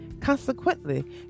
Consequently